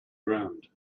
ground